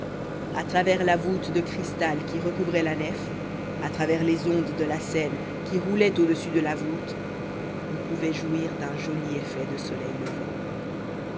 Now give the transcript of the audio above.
à travers la voûte de cristal qui recouvrait la nef à travers les ondes de la seine qui roulaient au-dessus de la voûte on pouvait jouir d'un joli effet de soleil levant